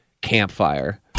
campfire